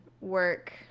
work